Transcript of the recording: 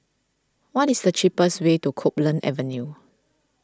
what is the cheapest way to Copeland Avenue